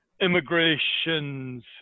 Immigrations